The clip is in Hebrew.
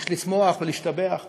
יש לשמוח ולהשתבח בכך.